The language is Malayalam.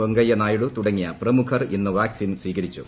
വെങ്കയ്യനായിഡു ത്രുടങ്ങിയ പ്രമുഖർ ഇന്ന് വാക് സിൻ സ്വീകരിച്ചു